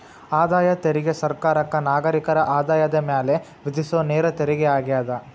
ಆದಾಯ ತೆರಿಗೆ ಸರ್ಕಾರಕ್ಕ ನಾಗರಿಕರ ಆದಾಯದ ಮ್ಯಾಲೆ ವಿಧಿಸೊ ನೇರ ತೆರಿಗೆಯಾಗ್ಯದ